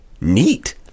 neat